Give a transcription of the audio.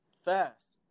fast